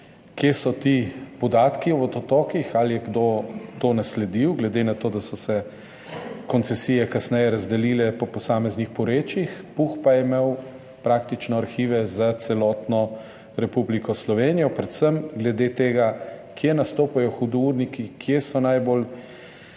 kje so ti podatki o vodotokih, ali je kdo to nasledil, glede na to, da so se koncesije kasneje razdelile po posameznih porečjih, Puh pa je imel arhive praktično za celotno Republiko Slovenijo, predvsem glede tega, kje nastopajo hudourniki, kje so najbolj